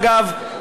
אגב,